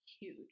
huge